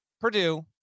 Purdue